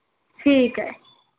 ਠੀਕ ਹੈ